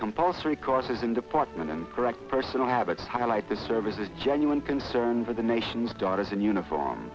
compulsory courses in department and correct personal habits highlight the service a genuine concern for the nation's daughters and uniform